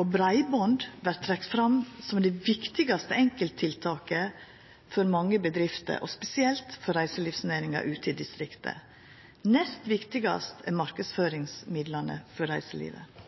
og breiband vert trekt fram som det viktigaste enkelttiltaket for mange bedrifter, spesielt for reiselivsnæringa ute i distriktet. Nest viktigast er marknadsføringsmidlane for reiselivet,